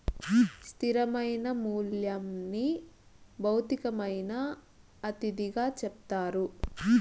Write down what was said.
స్థిరమైన మూల్యంని భౌతికమైన అతిథిగా చెప్తారు